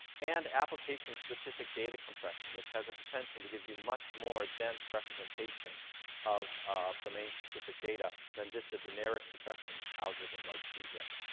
and application-specific data compression, which has a potential to give you much more dense representations of of domain-specific data than just a generic compression algorithm like gzip.